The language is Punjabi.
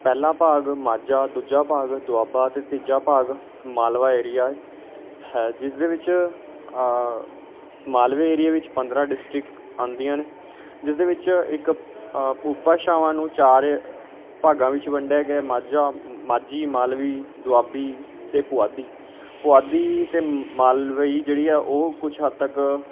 ਪਹਿਲਾ ਭਾਗ ਮਾਝਾ ਦੂਜਾ ਭਾਗ ਦੁਆਬਾ ਅਤੇ ਤੀਜਾ ਭਾਗ ਮਾਲਵਾ ਏਰੀਆ ਏ ਹੈ ਜਿਸ ਦੇ ਵਿੱਚ ਮਾਲਵੇ ਏਰੀਏ ਵਿੱਚ ਪੰਦਰ੍ਹਾਂ ਡਿਸਟ੍ਰਿਕਟ ਆਉਂਦੀਆਂ ਨੇ ਜਿਸ ਦੇ ਵਿੱਚ ਇੱਕ ਉਪਭਾਸ਼ਾਵਾਂ ਨੂੰ ਚਾਰ ਭਾਗਾਂ ਵਿੱਚ ਵੰਡਿਆ ਗਿਆ ਮਾਝਾ ਮਾਝੀ ਮਾਲਵੀ ਦੁਆਬੀ ਅਤੇ ਪੁਆਧੀ ਪੁਆਧੀ ਅਤੇ ਮਾਲਵਈ ਜਿਹੜੀ ਆ ਉਹ ਕੁਛ ਹੱਦ ਤੱਕ